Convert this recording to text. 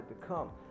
become